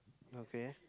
okay